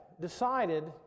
decided